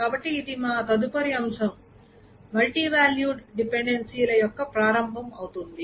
కాబట్టి ఇది మా తదుపరి అంశం మల్టీవాల్యూడ్ డిపెండెన్సీల యొక్క ప్రారంభం అవుతుంది